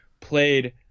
played